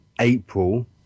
April